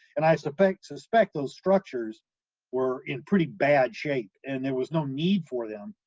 and i suspect, suspect those structures were in pretty bad shape and there was no need for them,